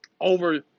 over